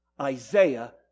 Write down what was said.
Isaiah